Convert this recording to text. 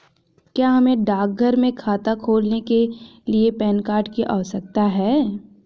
क्या हमें डाकघर में खाता खोलने के लिए पैन कार्ड की आवश्यकता है?